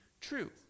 true